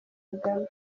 kagame